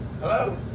Hello